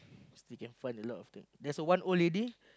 still can find a lot of thing there's a one old lady